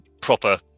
proper